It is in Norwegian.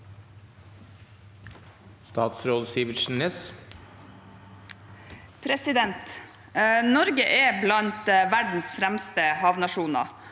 Nor- ge er blant verdens fremste havnasjoner